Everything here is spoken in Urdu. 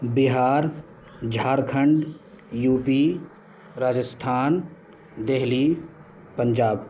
بہار جھارکھنڈ یوپی راجستھان دہلی پنجاب